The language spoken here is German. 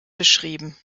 beschrieben